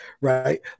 Right